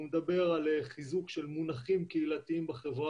הוא מדבר על חיזוק של מונחים קהילתיים בחברה